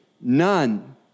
none